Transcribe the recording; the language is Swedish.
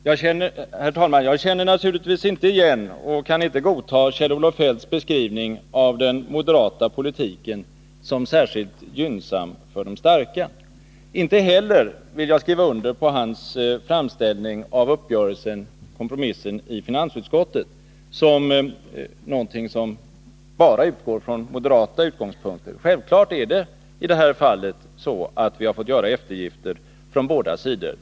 Herr talman! Jag känner naturligtvis inte igen och kan inte godta Kjell-Olof Feldts beskrivning av den moderata politiken som särskilt gynnsam för de starka. Inte heller vill jag acceptera hans beskrivning av uppgörelsen, kompromissen i finansutskottet, som någonting som bara utgår från moderata utgångspunkter. Det är självklart att vi i det här fallet har fått göra eftergifter från båda sidor.